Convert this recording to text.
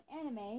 anime